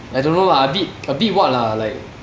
I don't know lah a bit a bit what lah like